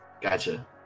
Gotcha